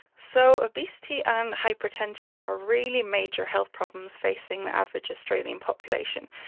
so obesity and hypertension are really major health problems facing the average australia population.